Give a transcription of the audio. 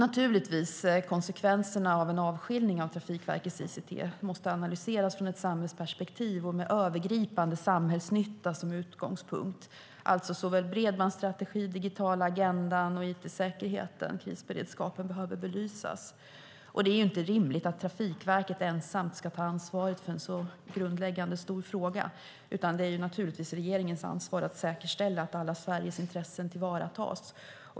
Naturligtvis måste konsekvenserna av en avskiljning av Trafikverket ICT analyseras ur ett samhällsperspektiv och med övergripande samhällsnytta som utgångspunkt. Såväl bredbandsstrategin som den digitala agendan och it-säkerheten för krisberedskapen behöver belysas. Det är inte rimligt att Trafikverket ensamt ska ta ansvar för en så grundläggande och stor fråga, utan det är förstås regeringens ansvar att säkerställa att Sveriges alla intressen tillvaratas.